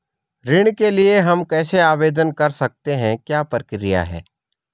ऋण के लिए हम कैसे आवेदन कर सकते हैं क्या प्रक्रिया है?